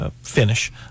finish